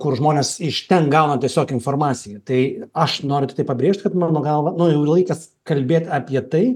kur žmonės iš ten gauna tiesiog informaciją tai aš noriu pabrėžti kad mano galva nu jau laikas kalbėt apie tai